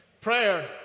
Prayer